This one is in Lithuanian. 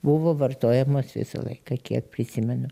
buvo vartojamos visą laiką kiek prisimenu